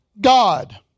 God